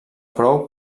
prou